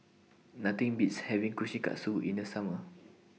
Nothing Beats having Kushikatsu in The Summer